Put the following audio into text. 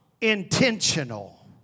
intentional